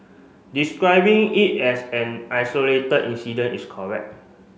describing it as an isolated incident is correct